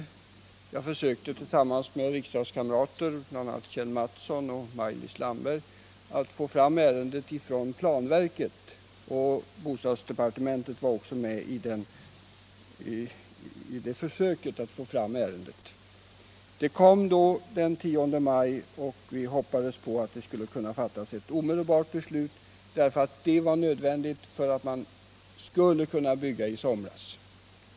Jag för Om tidpunkten för sökte tillsammans med riksdagskamrater, bl.a. Kjell Mattsson och Maj = visst planändrings Lis Landberg, att få fram ärendet från planverket, och bostadsdeparte = beslut mentet var också med i det försöket. Ärendet kom den 10 maj, och vi hoppades att det skulle kunna fattas ett omedelbart beslut. Det var nämligen nödvändigt för att man skulle kunna bygga i somras.